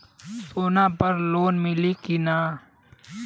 सोना पर लोन मिली की ना?